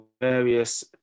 various